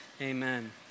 amen